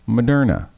Moderna